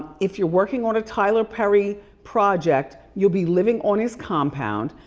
if you're working on a tyler perry project you'll be living on his compound.